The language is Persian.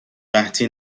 قحطی